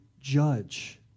judge